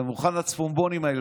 במיוחד הצפונבונים האלה,